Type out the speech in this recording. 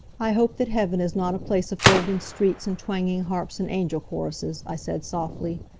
i hope that heaven is not a place of golden streets, and twanging harps and angel choruses, i said, softly.